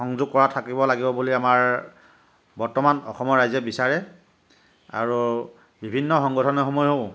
সংযোগ কৰা থাকিব লগিব বুলি আমাৰ বৰ্তমান অসমৰ ৰাইজে বিচাৰে আৰু বিভিন্ন সংগঠন সমূহেও